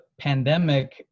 pandemic